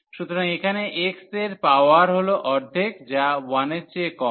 সুতরাং এখানে x এর পাওয়ার হল অর্ধেক যা 1 এর চেয়ে কম